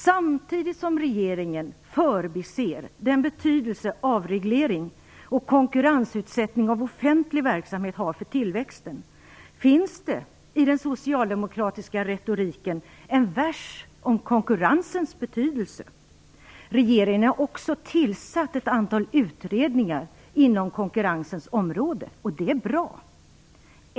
Samtidigt som regeringen förbiser den betydelse som avreglering och konkurrensutsättning av offentlig verksamhet har för tillväxten finns det i den socialdemokratiska retoriken en vers om konkurrensens betydelse. Regeringen har också tillsatt ett antal utredningar inom konkurrensens område. Det är bra.